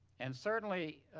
and certainly,